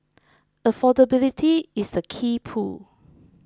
affordability is the key pull